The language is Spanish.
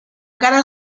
cara